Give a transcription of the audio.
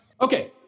Okay